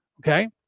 okay